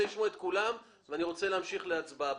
כאן שאלה.